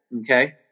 okay